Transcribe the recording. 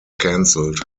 canceled